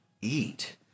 eat